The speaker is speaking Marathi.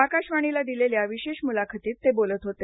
आकाशवाणीला दिलेल्या विशेष मुलाखतीत ते बोलत होते